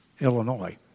Illinois